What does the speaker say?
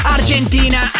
Argentina